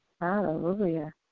Hallelujah